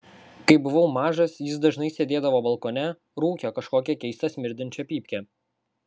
kai buvau mažas jis dažnai sėdėdavo balkone rūkė kažkokią keistą smirdinčią pypkę